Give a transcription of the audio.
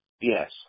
Yes